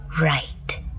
Right